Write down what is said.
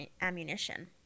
ammunition